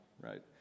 right